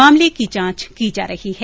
मामले की जांच की जा रही है